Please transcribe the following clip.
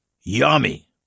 yummy